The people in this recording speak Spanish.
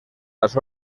las